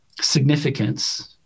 significance